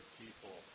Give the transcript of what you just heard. people